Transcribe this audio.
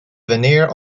vanier